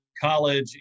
college